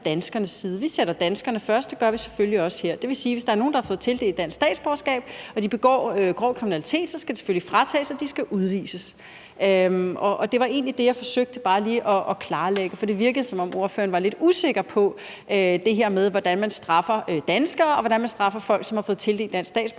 danskernes side. Vi sætter danskerne først, og det gør vi selvfølgelig også her. Det vil sige, at hvis der er nogen, der har fået tildelt dansk statsborgerskab, og de begår grov kriminalitet, skal det selvfølgelig fratages, og de skal udvises. Det var egentlig det, jeg forsøgte bare lige at klarlægge. Det virkede, som om ordføreren var lidt usikker på det her med, hvordan man straffer danskere, og hvordan man straffer folk, som har fået tildelt dansk statsborgerskab,